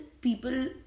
people